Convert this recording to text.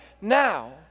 now